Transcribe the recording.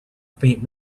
faint